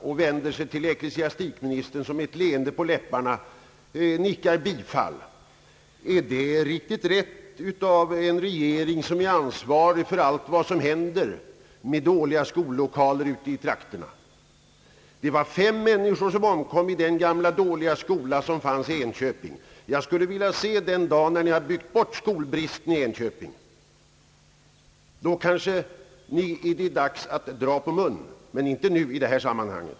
Han vänder sig till ecklesiastikministern, som med ett leende på läpparna nickar bifall. är det riktigt rätt gjort av en regering, som är ansvarig för allt vad som händer till följd av bristfälliga skollokaler ute i bygderna. Det var fem människor som omkom i den gamla dåliga skola som fanns i Enköping. Jag skulle vilja uppleva den dag, då ni har byggt bort skolbristen i Enköping. Då kan det vara dags att dra på munnen men inte i detta sammanhang.